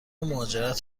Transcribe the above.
مهاجرت